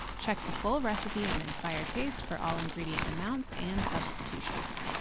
check the full recipe on inspired taste for all ingredient amounts and substitutions.